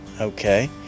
okay